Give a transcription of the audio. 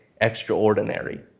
extraordinary